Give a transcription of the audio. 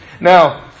Now